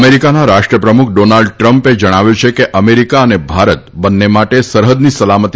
અમેરિકાના રાષ્ટ્રપ્રમુખ ડોનાલ્ડ ટ્રમ્પે જણાવ્યું છે કે અમેરિકા અને ભારત બંને માટે સરહદની સલામતી